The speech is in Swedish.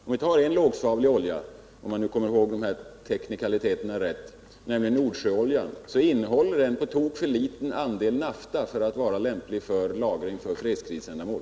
Om jag nu kommer ihåg det tekniska rätt, förhåller det sig på det sättet att Nordsjöoljan innehåller på tok för liten andel nafta för att vara lämplig för lagring för fredskrisändamål.